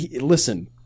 Listen